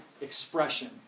expression